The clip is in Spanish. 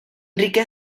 enrique